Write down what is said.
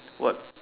what